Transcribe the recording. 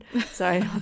Sorry